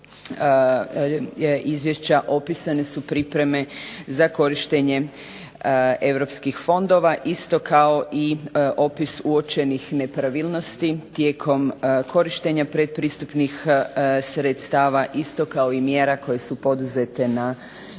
izvješća opisane su pripreme za korištenje europskih fondova, isto kao i opis uočenih nepravilnosti tijekom korištenja pretpristupnih sredstava, isto kao i mjera koje su poduzete na njihovom